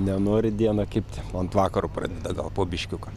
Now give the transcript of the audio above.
nenori dieną kibti ant vakaro pradeda gal po biškiuką